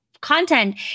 content